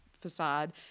facade